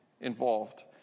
involved